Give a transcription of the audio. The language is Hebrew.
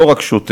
לא רק שוטר,